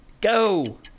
go